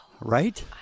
Right